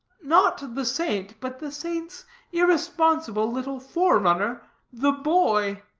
not the saint, but the saint's irresponsible little forerunner the boy.